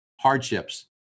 hardships